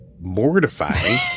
mortifying